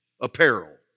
apparel